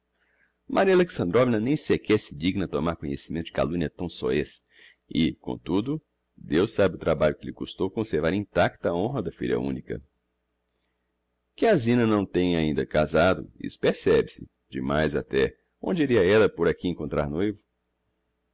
della maria alexandrovna nem sequer se digna tomar conhecimento de calumnia tão soez e comtudo deus sabe o trabalho que lhe custou conservar intacta a honra da filha unica que a zina não tenha ainda casado isso percebe-se de mais até onde iria ella por aqui encontrar noivo